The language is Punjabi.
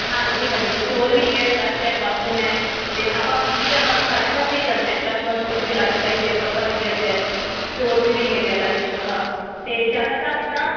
ਹਾਂਜੀ ਹਾਂਜੀ ਸਟੋਰ ਵੀ ਹੈਗਾ ਫਲੱਸ਼ ਹੈ ਬਾਥਰੂਮ ਹੈ ਅਤੇ ਆਪਾਂ ਬਿਜਲੀ ਦਾ ਕੰਮ ਸਾਰੇ ਪਾਸੇ ਹੀ ਕਰਨਾ ਫਲੱਸ਼ ਬਾਥਰੂਮ 'ਚ ਵੀ ਲਾਈਟ ਚਾਹੀਦੇ ਪੱਖਾ ਵੀ ਚਾਹੀਦਾ ਹੈ ਸਟੋਰ 'ਚ ਵੀ ਹੈਗਾ ਲਾਈਟ ਪੱਖਾ ਅਤੇ ਜ਼ਿਆਦਾ ਤਾਂ ਆਪਣਾ